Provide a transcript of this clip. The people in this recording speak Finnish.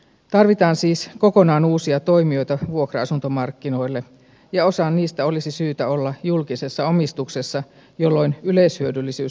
tarvitaan siis kokonaan uusia toimijoita vuokra asuntomarkkinoille ja osan niistä olisi syytä olla julkisessa omistuksessa jolloin yleishyödyllisyys olisi taattu